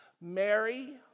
Mary